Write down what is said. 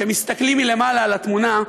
כשמסתכלים מלמעלה על התמונה,